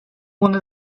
one